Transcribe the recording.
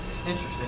Interesting